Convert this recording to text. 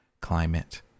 climate